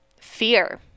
fear